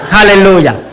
Hallelujah